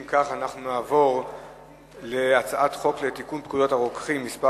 אנחנו נעבור להצעת חוק לתיקון פקודת הרוקחים (מס'